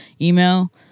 email